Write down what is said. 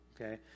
Okay